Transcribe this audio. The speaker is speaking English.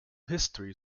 history